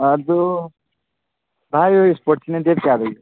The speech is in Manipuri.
ꯑꯥ ꯑꯗꯨ ꯚꯥꯏ ꯍꯣꯏ ꯏꯁꯄꯣꯔꯠꯁꯤꯅ ꯗꯦꯠ ꯀꯌꯥꯗꯒꯤ